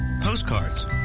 postcards